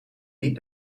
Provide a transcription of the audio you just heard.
niet